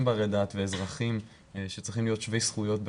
ברי דעת ואזרחים שצריכים להיות שווי זכויות,